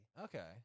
Okay